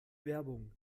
werbung